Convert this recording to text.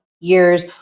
years